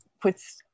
puts